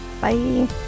Bye